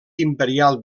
imperial